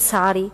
לצערי,